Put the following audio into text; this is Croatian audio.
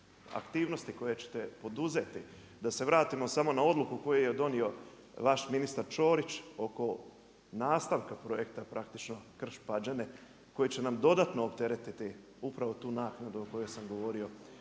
aktivnosti koje ćete poduzeti, da se vratimo samo na odluku koju je donio vaš ministar Ćorić oko nastavka projekta, praktično …/Govornik se ne razumije./… koji će nam dodatno opteretiti upravo tu naknadu o kojoj sam govorio.